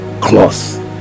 cloth